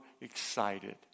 excited